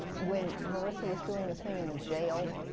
when marisa was doing the thing in the jail,